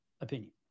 opinion